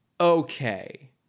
okay